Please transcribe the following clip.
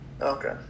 Okay